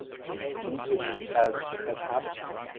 the city as as habitat.